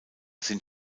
sind